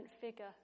figure